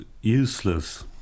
Useless